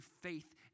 faith